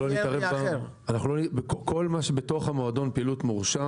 רוהר כל מה שבטוח המועדון, פעילות מורשית.